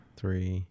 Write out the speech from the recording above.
three